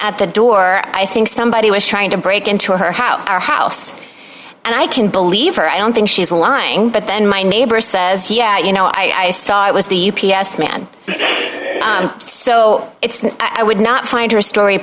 at the door i think somebody was trying to break into her house our house and i can believe her i don't think she's lying but then my neighbor says he you know i saw i was the u p s man so it's i would not find her story